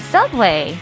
Subway